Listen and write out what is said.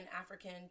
African